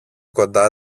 κοντά